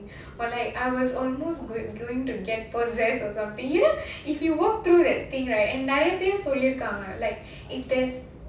or like I was almost goin~ going to get possessed or something you know if you walked through that thing right நெறைய பேரு சொல்லிருக்காங்க:neraiya peru sollirkaanga like if there's